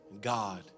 God